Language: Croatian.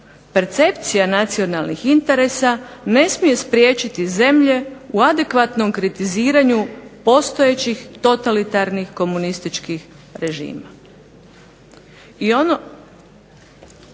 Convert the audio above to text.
percepcija nacionalnih interesa ne smije spriječiti zemlje u adekvatnom kritiziranju postojećih totalitarnih komunističkih režima.